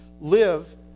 live